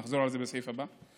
נחזור על זה בסעיף הבא.